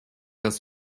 dass